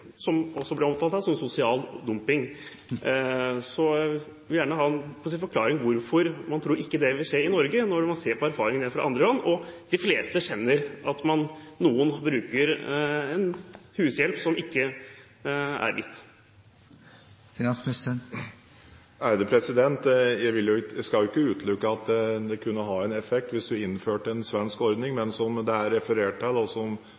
da også fjerner mye – som også ble omtalt her – som sosial dumping. Jeg vil gjerne ha en forklaring på hvorfor man tror dette ikke vil skje i Norge, når man ser på erfaringene fra andre land, og de fleste kjenner noen som bruker en hushjelp som de ikke betaler hvitt. Jeg skal ikke utelukke at det kunne ha en effekt hvis en innførte en svensk ordning. Men som det er referert til